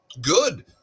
good